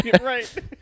Right